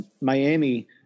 Miami